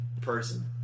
person